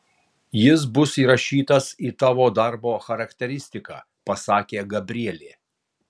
jis bus įrašytas į tavo darbo charakteristiką pasakė gabrielė